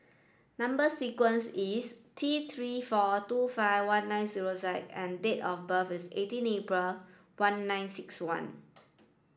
number sequence is T three four two five one nine zero Z and date of birth is eighteen April one nine six one